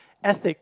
ethic